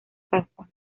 casa